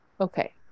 okay